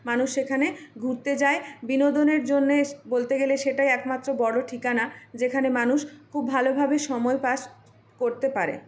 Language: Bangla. মানুষ সেখানে ঘুরতে যায় বিনোদনের জন্যে বলতে গেলে সেটাই একমাত্র বড় ঠিকানা যেখানে মানুষ খুব ভালোভাবে সময় পাস করতে পারে